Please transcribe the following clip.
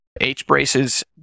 H-braces